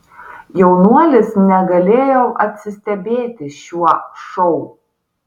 jaunuolis negalėjo atsistebėti šiuo šou